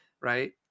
right